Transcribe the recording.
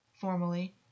formally